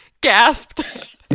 gasped